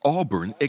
Auburn